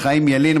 חיים ילין,